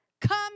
come